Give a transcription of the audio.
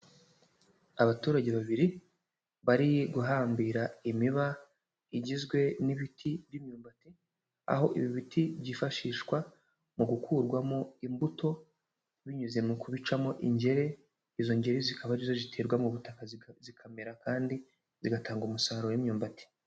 Abaturage babiri bari guhambira imiba igizwe n'ibiti by'imyumbati. Aho ibi biti byifashishwa mu gukurwamo imbuto binyuze mu kubicamo ingeri; izo ngeri zikaba arizo ziterwa mu butaka zikamera kandi zigatanga umusaruro w'imyumbati.